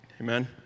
Amen